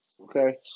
Okay